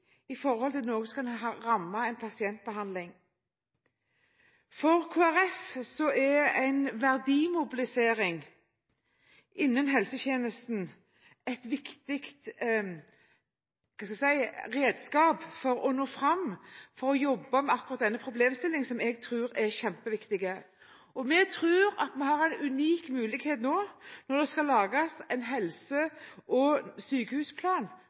kritikkverdige forhold. Det er, som representanten Toppe sier, rapportert om sanksjoner mot enkeltpersoner som står fram med kritikk når det gjelder pasientbehandling. For Kristelig Folkeparti er en verdimobilisering innen helsetjenesten et viktig redskap for å nå fram og jobbe med akkurat denne problemstillingen, som jeg tror er kjempeviktig. Vi tror at vi har en unik mulighet nå, når det skal lages en helse- og sykehusplan